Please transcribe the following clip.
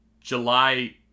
July